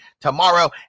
tomorrow